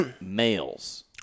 males